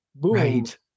right